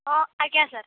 ହଁ ଆଜ୍ଞା ସାର୍